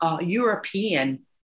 European